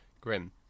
grim